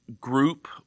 group